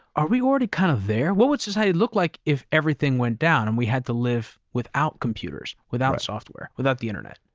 are we already kind of there? what would society look like if everything went down and we had to live without computers, without software, without the internet?